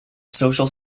social